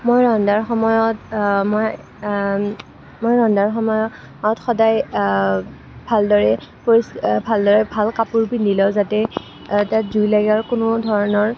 মই ৰন্ধাৰ সময়ত মই মই ৰন্ধাৰ সময়ত সদায় ভালদৰে ভালদৰে ভাল কাপোৰ পিন্ধি লওঁ যাতে তাত জুই নালাগে আৰু কোনো ধৰণৰ